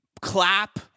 clap